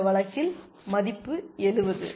இந்த வழக்கில் மதிப்பு 70